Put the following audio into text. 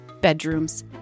bedrooms